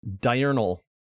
Diurnal